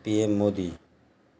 پی M Modi